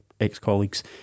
ex-colleagues